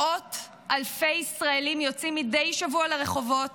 מאות אלפי ישראלים יוצאים מדי שבוע לרחובות